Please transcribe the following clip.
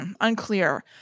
Unclear